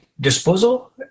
disposal